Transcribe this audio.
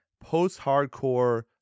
post-hardcore